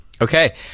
Okay